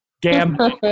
gambling